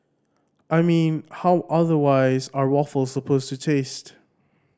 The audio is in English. I mean how otherwise are waffles supposed to taste